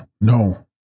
no